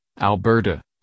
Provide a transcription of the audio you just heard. Alberta